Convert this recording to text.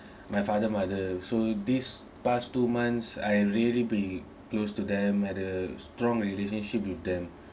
my father mother so this past two months I really be close to them at the strong relationship with them